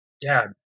Dad